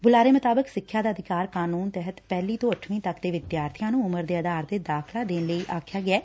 ਬੁਲਾਰੇ ਅਨੁਸਾਰ ਸਿੱਖਿਆ ਦਾ ਅਧਿਕਾਰ ਕਾਨੂੰਨ ਤਹਿਤ ਪਹਿਲੀ ਤੋਂ ਅੱਠਵੀਂ ਤੱਕ ਦੇ ਵਿਦਿਆਰਥੀਆਂ ਨੂੰ ਉਮਰ ਦੇ ਆਧਾਰ 'ਤੇ ਦਾਖਲਾ ਦੇਣ ਲਈ ਆਖਿਆ ਗਿਐ